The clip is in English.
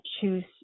choose